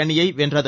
அணியை வென்றது